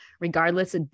regardless